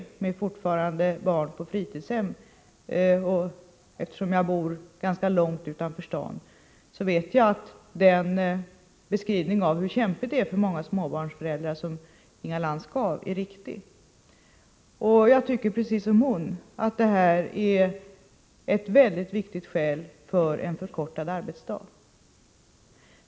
Jag har fortfarande barn på fritidshem, och eftersom jag bor ganska långt utanför staden vet jag att den beskrivning av hur kämpigt det är för många småbarnsföräldrar som Inga Lantz gav är riktig. Jag tycker precis som hon att detta är ett mycket viktigt skäl för att förkorta arbetsdagen.